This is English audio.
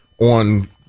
on